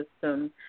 system